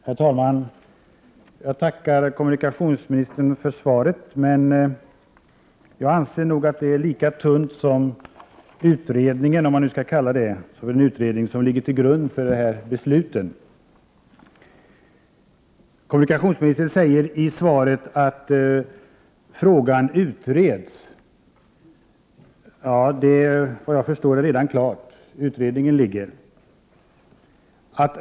Herr talman! Jag tackar kommunikationsministern för svaret, men jag anser att det är lika tunt som den utredning, om den kan kallas så, som ligger till grund för dessa beslut. Kommunikationsministern säger i svaret att frågan utreds. Såvitt jag förstår är utredningen redan klar.